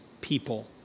people